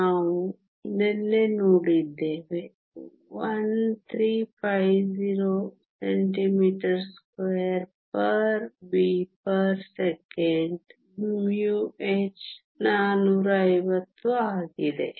ನಾವು ನಿನ್ನೆ ನೋಡಿದ್ದೇವೆ 1350 cm2 v 1 s 1 μh 450 ಆಗಿದೆ